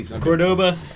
cordoba